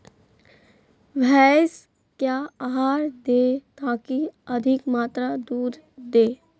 भैंस क्या आहार दे ताकि अधिक मात्रा दूध दे?